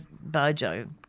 Bojo